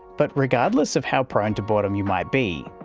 but regardless of how prone to boredom you might be,